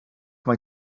mae